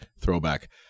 throwback